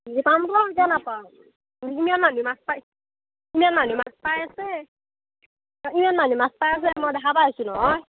এই পাম পাম কিয় নাপাম ইমেন মানুহে মাছ পাই ইমেন মানুহে মাছ পাই আছে ইমেন মানুহে মাছ পাই আছে মই দেখা পাই আছোঁ নহয়